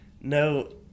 No